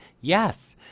yes